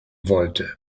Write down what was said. wollte